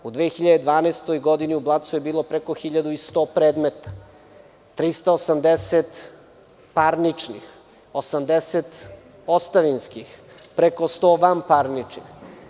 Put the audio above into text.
U 2012. godini u Blacu je bilo preko 1.100 predmeta, 380 parničnih, 80 ostavinskih, preko 100 vanparničnih.